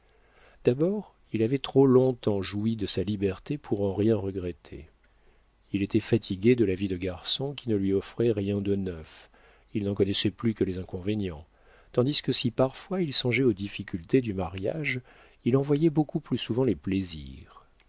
d'abord il avait trop long-temps joui de sa liberté pour en rien regretter il était fatigué de la vie de garçon qui ne lui offrait rien de neuf il n'en connaissait plus que les inconvénients tandis que si parfois il songeait aux difficultés du mariage il en voyait beaucoup plus souvent les plaisirs